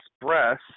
Express